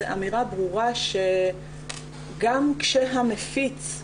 זאת אמירה ברורה שגם כאשר המפיץ,